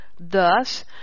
Thus